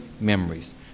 memories